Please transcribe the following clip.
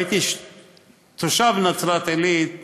והייתי תושב נצרת-עילית